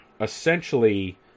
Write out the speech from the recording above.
essentially